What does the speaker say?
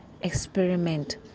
experiment